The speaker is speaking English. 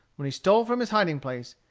when he stole from his hiding-place,